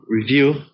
review